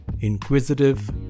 Inquisitive